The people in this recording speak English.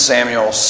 Samuel